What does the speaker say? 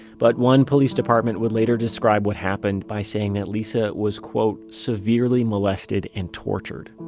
but one police department would later describe what happened by saying that lisa was quote severely molested and tortured.